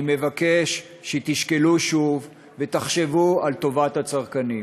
אני מבקש שתשקלו שוב ותחשבו על טובת הצרכנים.